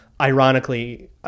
ironically